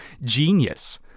genius